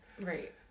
Right